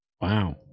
wow